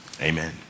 Amen